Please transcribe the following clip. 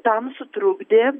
tam sutrukdė